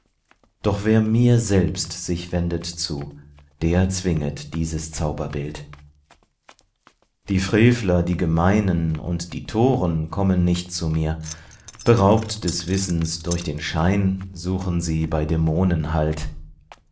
doch wer mir selbst sich wendet zu der zwinget dieses zauberbild die frevler die gemeinen und die toren kommen nicht zu mir beraubt des wissens durch den schein suchen sie bei dämonen heil